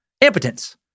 impotence